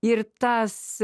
ir tas